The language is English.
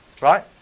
Right